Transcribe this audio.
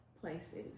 places